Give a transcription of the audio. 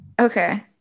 okay